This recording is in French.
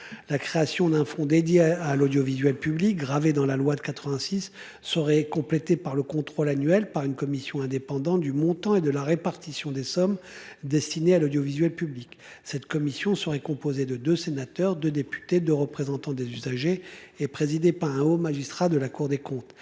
La création d'un fonds dédié à l'audiovisuel public graver dans la loi de 86 serait complété par le contrôle annuel par une commission indépendante du montant et de la répartition des sommes destinées à l'audiovisuel public. Cette commission serait composée de 2 sénateurs de députés de représentants des usagers et présidée par un haut magistrat de la Cour des comptes